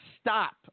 stop